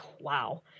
wow